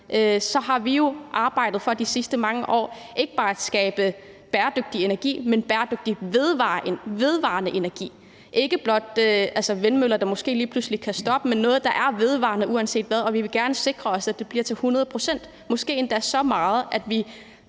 har vi jo de sidste mange år arbejdet for ikke bare at skabe bæredygtig energi, men bæredygtig vedvarende energi, altså ikke blot vindmøller, der måske lige pludselig kan stoppe, men noget, der er vedvarende uanset hvad. Og vi vil gerne sikre os, at det bliver til 100 pct., måske endda så meget, at vi